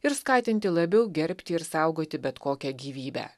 ir skatinti labiau gerbti ir saugoti bet kokią gyvybę